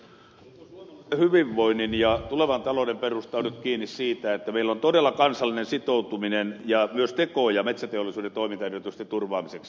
koko suomalaisen hyvinvoinnin ja tulevan talouden perusta on nyt kiinni siitä että meillä on todella kansallinen sitoutuminen ja myös tekoja metsäteollisuuden toimintaedellytysten turvaamiseksi